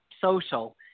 social